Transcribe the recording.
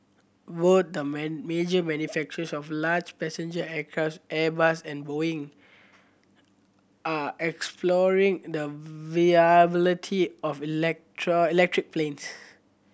both the man major manufacturers of large passenger aircraft Airbus and Boeing are exploring the viability of electric planes